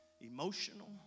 Emotional